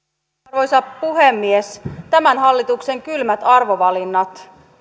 arvoisa puhemies tämän hallituksen kylmät arvovalinnat